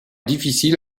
difficile